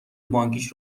بانکیش